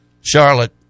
Charlotte